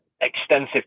extensive